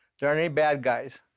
there aren't any bad guys,